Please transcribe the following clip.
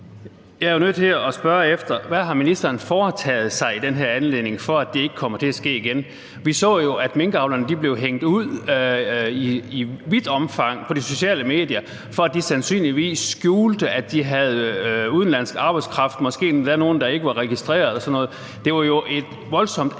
Jeg er jo nødt til at spørge: Hvad har ministeren foretaget sig i den her anledning, for at det ikke kommer til at ske igen? Vi så jo, at minkavlerne i vidt omfang blev hængt ud på de sociale medier for, at de sandsynligvis skjulte, at de havde udenlandsk arbejdskraft og måske endda nogle, der ikke var registreret, og sådan noget. Det var jo et voldsomt